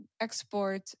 export